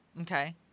Okay